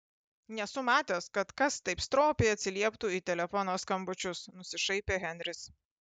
nesu matęs kad kas taip stropiai atsilieptų į telefono skambučius nusišaipė henris